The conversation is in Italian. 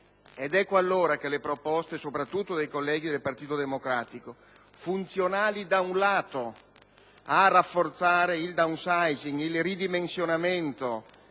Ed ecco allora che le proposte, soprattutto dei colleghi del Partito Democratico, funzionali da un lato a rafforzare il *downsizing* (il ridimensionamento